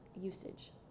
usage